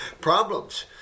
problems